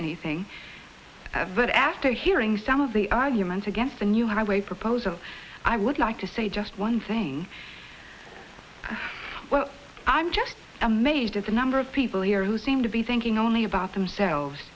anything as that after hearing some of the arguments against the new highway proposal i would like to say just one thing well i'm just amazed at the number of people here who seem to be thinking only about themselves